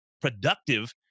productive